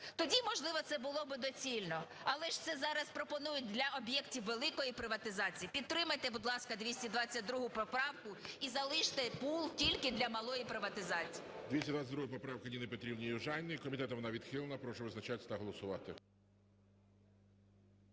тоді, можливо, це було би доцільно. Але ж це зараз пропонують для об'єктів великої приватизації. Підтримайте, будь ласка, 222 поправку і залиште пул тільки для малої приватизації. ГОЛОВУЮЧИЙ. 222 поправка Ніни Петрівни Южаніної. Комітетом вона відхилена. Прошу визначатися та голосувати.